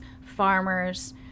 farmers